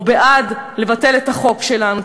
או בעד לבטל את החוק שלנו,